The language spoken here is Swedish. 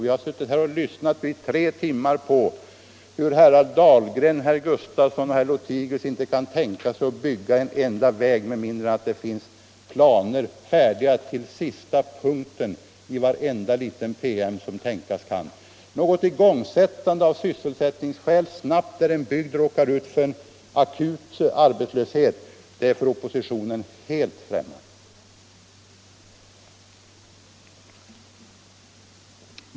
Vi har suttit här och lyssnat under tre timmar på att herrar Dahlgren, Sven Gustafson och Lothigius inte kan tänka sig att bygga en enda väg med mindre än att det finns planer färdiga till sista punkten i varenda liten promemoria som tänkas kan. Något snabbt igångsättande av sysselsättningen, om en bygd råkar ut för akut arbetslöshet, är för oppositionen helt främmande.